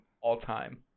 all-time